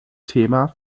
thema